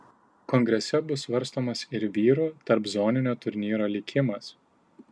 kongrese bus svarstomas ir vyrų tarpzoninio turnyro likimas